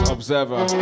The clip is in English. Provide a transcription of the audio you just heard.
Observer